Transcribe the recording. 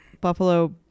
Buffalo